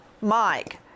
Mike